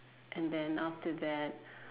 and then after that